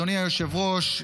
אדוני היושב-ראש,